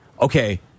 okay